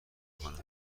کنم